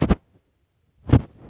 जमा खातात पैसा जमा करवार की शर्त छे?